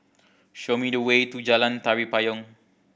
show me the way to Jalan Tari Payong